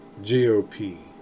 GOP